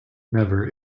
never